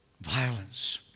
Violence